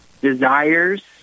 desires